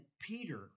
Peter